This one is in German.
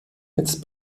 jetzt